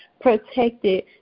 protected